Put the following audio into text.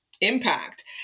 impact